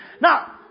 Now